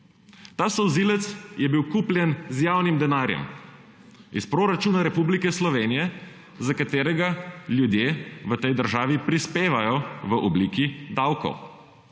Ta solzivec je bil kupljen z javnim denarjem iz proračuna Republike Slovenije, za katerega ljudje v tej državi prispevajo v obliki davkov.